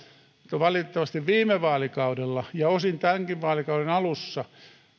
mutta valitettavasti viime vaalikaudella ja osin tämänkin vaalikauden alussa